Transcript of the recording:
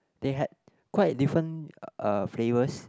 they had quite a different uh flavors